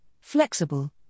Flexible